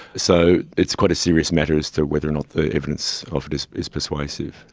so it's quite a serious matter as to whether or not the evidence of it is is persuasive.